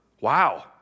Wow